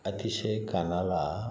अतिशय कानाला